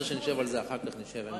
אדרבה.